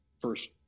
first –